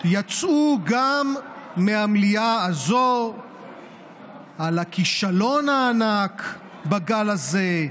יצאו גם מהמליאה הזו על הכישלון הענק בגל הזה,